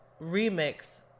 remix